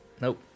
Nope